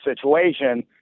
situation